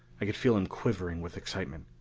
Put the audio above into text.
i could feel him quivering with excitement.